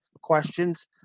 questions